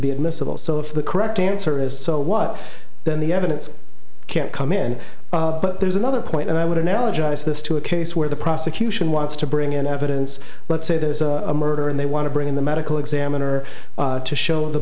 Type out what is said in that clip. be admissible so if the correct answer is so what then the evidence can't come in but there's another point and i would analogize this to a case where the prosecution wants to bring in evidence let's say there's a murder and they want to bring in the medical examiner to show the